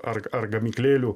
ar ar gamyklėlių